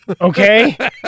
Okay